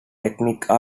technique